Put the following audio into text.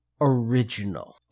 original